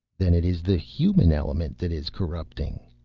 then it is the human element that is corrupting?